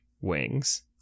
wings